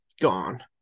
gone